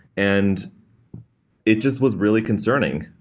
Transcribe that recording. and it just was really concerning.